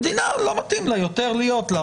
המדינה לא מתאימה יותר להחזיק